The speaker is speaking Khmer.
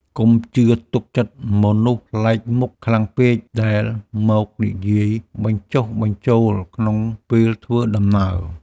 កុំជឿទុកចិត្តមនុស្សប្លែកមុខខ្លាំងពេក ដែលមកនិយាយបញ្ចុះបញ្ចូលក្នុងពេលធ្វើដំណើរ។